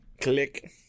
click